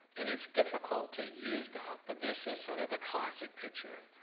and it's difficult to use that, but this is sort of the classic picture.